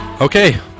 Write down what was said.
Okay